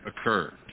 occurred